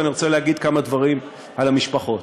ואני רוצה להגיד כמה דברים על המשפחות.